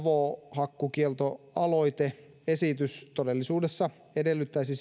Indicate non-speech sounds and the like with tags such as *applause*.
avohakkuukieltoaloite todellisuudessa edellyttäisi *unintelligible*